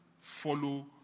follow